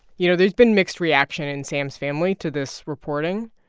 you know, there's been mixed reaction in sam's family to this reporting.